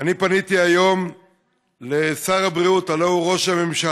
אני פניתי היום לשר הבריאות, הלוא הוא ראש הממשלה,